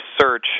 search